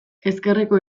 ezkerreko